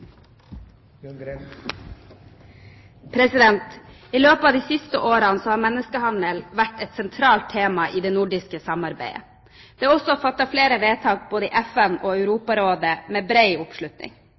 måte. I løpet av de siste årene har menneskehandel vært et sentralt tema i det nordiske samarbeidet. Det er også fattet flere vedtak, både i FN og